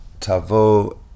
Tavo